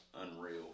unreal